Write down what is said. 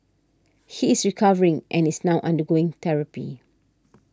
he is recovering and is now undergoing therapy